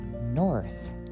north